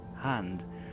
hand